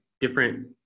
different